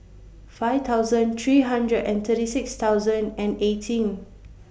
five thousand three hundred and thirty six thousand and eighteen